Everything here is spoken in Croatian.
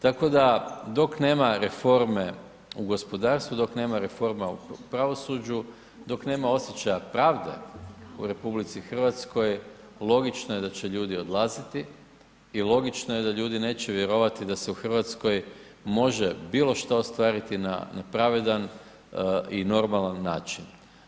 Tako da, dok nema reforme u gospodarstvu, dok nema reforma u pravosuđu, dok nema osjećaja pravde u RH, logično je da će ljudi odlaziti i logično je da ljudi neće vjerovati da se u RH može bilo šta ostvariti na pravedan i normalan način.